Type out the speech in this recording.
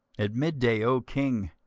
at midday, o king,